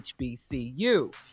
HBCU